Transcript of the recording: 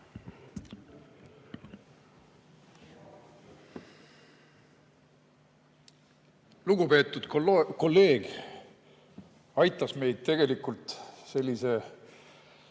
Lugupeetud kolleeg aitas meid tegelikult